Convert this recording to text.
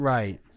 Right